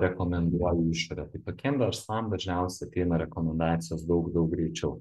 rekomenduoju į išorę tai tokiem verslam dažniausia ateina rekomendacijos daug daug greičiau